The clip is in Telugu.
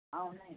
ఉన్నాయండి